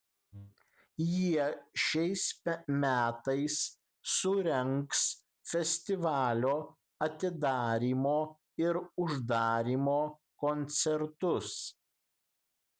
jie šiais metais surengs festivalio atidarymo ir uždarymo koncertus